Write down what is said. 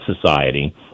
Society